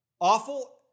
awful